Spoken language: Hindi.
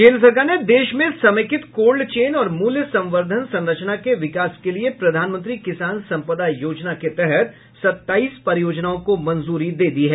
केन्द्र सरकार ने देश में समेकित कोल्ड चेन और मूल्य संवर्धन संरचना के विकास के लिए प्रधानमंत्री किसान सम्पदा योजना के तहत सत्ताईस परियोजनाओं को मंजूरी दे दी है